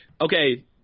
okay